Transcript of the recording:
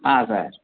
sir